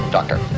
Doctor